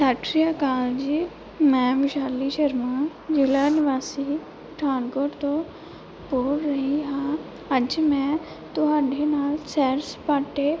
ਸਤਿ ਸ਼੍ਰੀ ਅਕਾਲ ਜੀ ਮੈਂ ਵਿਸ਼ਾਲੀ ਸ਼ਰਮਾ ਜ਼ਿਲ੍ਹਾ ਨਿਵਾਸੀ ਪਠਾਨਕੋਟ ਤੋਂ ਬੋਲ ਰਹੀ ਹਾਂ ਅੱਜ ਮੈਂ ਤੁਹਾਡੇ ਨਾਲ ਸੈਰ ਸਪਾਟੇ